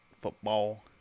football